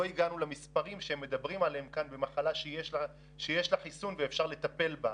לא הגענו למספרים שמדברים עליהם כאן במחלה שיש לה חיסון ואפשר לטפל בה,